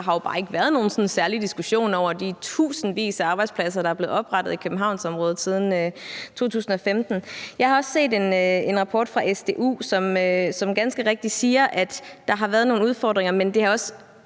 der har jo bare ikke været nogen sådan særlig diskussion af de tusindvis af arbejdspladser, der er blevet oprettet i Københavnsområdet siden 2015. Jeg har også set en rapport fra SDU, som ganske rigtigt siger, at der har været nogle udfordringer, men det har også